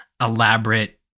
elaborate